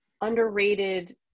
underrated